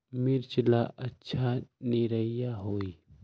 मिर्च ला अच्छा निरैया होई?